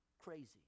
crazy